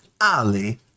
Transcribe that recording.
Ali